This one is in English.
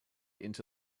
into